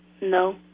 No